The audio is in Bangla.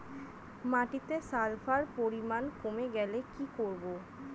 মাটিতে সালফার পরিমাণ কমে গেলে কি করব?